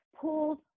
pulled